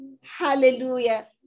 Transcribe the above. Hallelujah